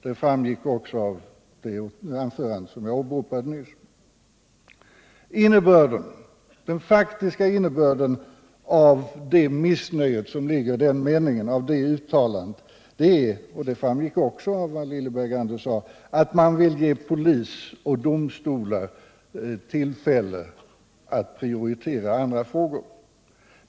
Det framgick också av det anförande som jag åberopade nyss. Den faktiska innebörden av det missnöje som ligger i den meningen är — det framgick också av vad Lilly Bergander sade — att man vill ge polis och domstolar tillfälle att prioritera andra frågor.